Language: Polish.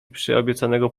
przyobiecanego